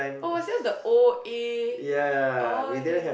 oh it's just the O A oh okay okay okay